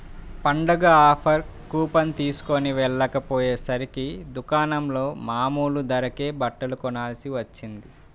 పండగ offer coupon తీస్కొని వెళ్ళకపొయ్యేసరికి దుకాణంలో మామూలు ధరకే బట్టలు కొనాల్సి వచ్చింది